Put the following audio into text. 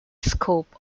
scope